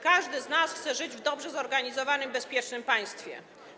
Każdy z nas chce żyć w dobrze zorganizowanym, bezpiecznym państwie.